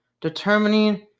Determining